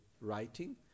writing